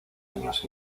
años